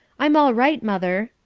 i'm all right, mother.